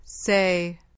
Say